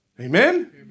amen